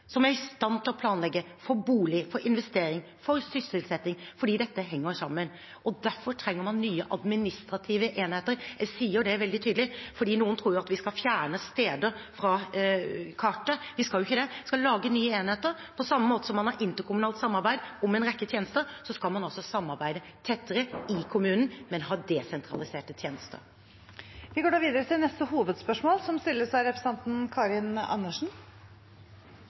som er i stand til å planlegge for bolig, investering og sysselsetting, for dette henger sammen. Derfor trenger man nye administrative enheter. Jeg sier det veldig tydelig, for noen tror vi skal fjerne steder fra kartet. Vi skal ikke det. Vi skal lage nye enheter – på samme måte som man har interkommunalt samarbeid om en rekke tjenester, skal man altså samarbeide tettere i kommunen, men ha desentraliserte tjenester. Vi går videre til neste hovedspørsmål. Torsdag i forrige uke kom det tall fra Nav som